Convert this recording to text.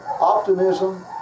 optimism